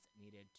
needed